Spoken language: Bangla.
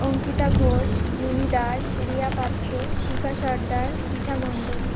অঙ্কিতা ঘোষ মিমি দাস রিয়া পাত্র শিখা সর্দার পৃথা মণ্ডল